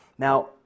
Now